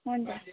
हुन्छ